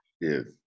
Yes